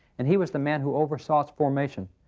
and he was the man who oversaw its formation.